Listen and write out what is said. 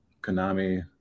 Konami